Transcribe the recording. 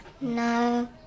No